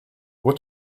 what